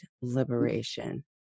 liberation